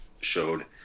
showed